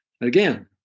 again